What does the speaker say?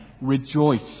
Rejoice